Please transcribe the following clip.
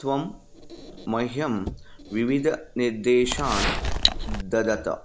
त्वं मह्यं विविधनिर्देशान् ददत